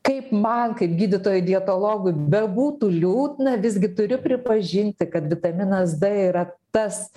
kaip man kaip gydytojui dietologui bebūtų liūdna visgi turiu pripažinti kad vitaminas d yra tas